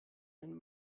wenn